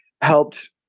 helped